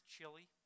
chili